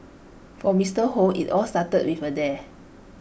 for Mister Hoe IT all started with A dare